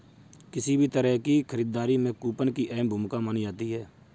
किसी भी तरह की खरीददारी में कूपन की अहम भूमिका मानी जाती है